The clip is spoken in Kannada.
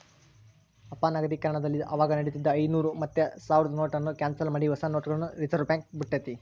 ಅಪನಗದೀಕರಣದಲ್ಲಿ ಅವಾಗ ನಡೀತಿದ್ದ ಐನೂರು ಮತ್ತೆ ಸಾವ್ರುದ್ ನೋಟುನ್ನ ಕ್ಯಾನ್ಸಲ್ ಮಾಡಿ ಹೊಸ ನೋಟುಗುಳ್ನ ರಿಸರ್ವ್ಬ್ಯಾಂಕ್ ಬುಟ್ಟಿತಿ